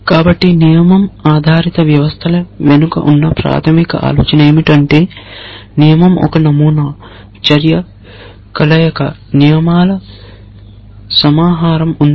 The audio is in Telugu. కాబట్టి నియమం ఆధారిత వ్యవస్థల వెనుక ఉన్న ప్రాథమిక ఆలోచన ఏమిటంటే నియమం ఒక నమూనా చర్య కలయిక నియమాల సమాహారం ఉంది